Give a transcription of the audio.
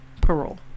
parole